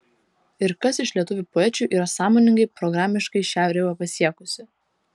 ir kas iš lietuvių poečių yra sąmoningai programiškai šią ribą pasiekusi